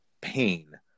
pain